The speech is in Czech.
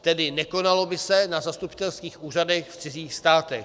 Tedy nekonalo by se na zastupitelských úřadech v cizích státech.